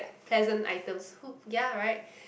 pleasant items who ya right